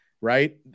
right